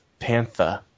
pantha